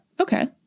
okay